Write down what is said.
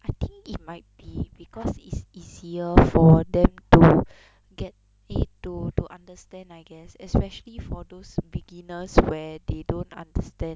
I think it might be because it's easier for them to get eh to to understand I guess especially for those beginners where they don't understand